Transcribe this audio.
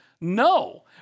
No